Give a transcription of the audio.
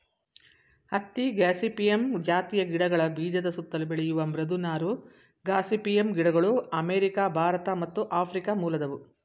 ಹತ್ತಿ ಗಾಸಿಪಿಯಮ್ ಜಾತಿಯ ಗಿಡಗಳ ಬೀಜದ ಸುತ್ತಲು ಬೆಳೆಯುವ ಮೃದು ನಾರು ಗಾಸಿಪಿಯಮ್ ಗಿಡಗಳು ಅಮೇರಿಕ ಭಾರತ ಮತ್ತು ಆಫ್ರಿಕ ಮೂಲದವು